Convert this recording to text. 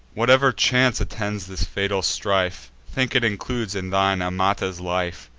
whatever chance attends this fatal strife, think it includes, in thine, amata's life.